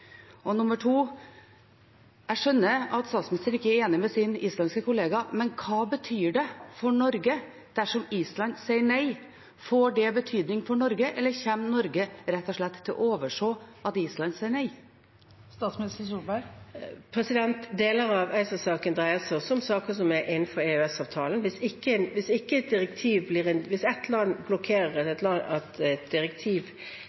Og spørsmål nr. 2: Jeg skjønner at statsministeren ikke er enig med sin islandske kollega, men hva betyr det for Norge dersom Island sier nei? Får det betydning for Norge, eller kommer Norge rett og slett til å overse at Island sier nei? Deler av ACER-saken dreier seg også om saker som er innenfor EØS-avtalen. Hvis et eller annet blokkerer at et direktiv blir en